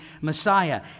Messiah